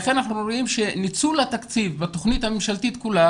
אנחנו רואים שניצול התקציב בתוכנית הממשלתית כולה